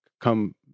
come